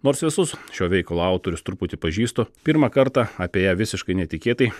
nors visus šio veikalo autorius truputį pažįstu pirmą kartą apie ją visiškai netikėtai